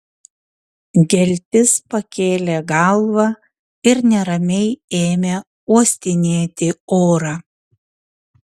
geltis pakėlė galvą ir neramiai ėmė uostinėti orą